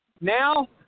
Now